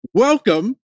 Welcome